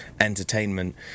entertainment